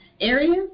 areas